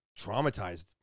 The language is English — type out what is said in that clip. traumatized